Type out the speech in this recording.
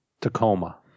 Tacoma